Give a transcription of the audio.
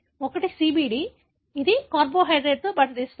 ఒకటి CBD ఇది కార్బోహైడ్రేట్తో బంధిస్తుంది